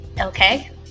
okay